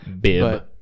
Bib